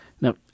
now